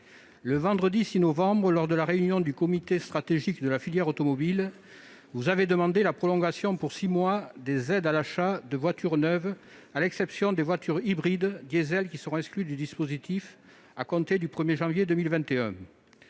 le vendredi 6 novembre, lors de la réunion du comité stratégique de la filière automobile, vous avez demandé la prolongation pour six mois des aides à l'achat de voitures neuves, à l'exception des voitures hybrides diesel, qui seront exclues du dispositif à compter du 1 janvier 2021.